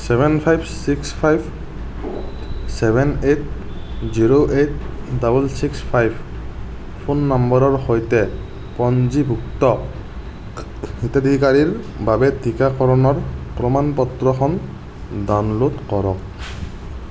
seven five six five seven eight zero eight double six five phone নম্বৰৰ সৈতে পঞ্জীভুক্ত হিতাধিকাৰীৰ বাবে টিকাকৰণৰ প্ৰমাণ পত্ৰখন ডাউনল'ড কৰক